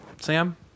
sam